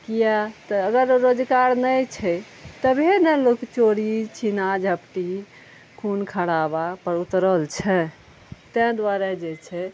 किए तऽ अगर रोजगार नहि छै तबहे ने लोक चोरी छीना झपटी खून खराबा पर उतरल छै तेँ दुआरे जे छै